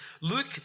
Luke